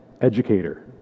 educator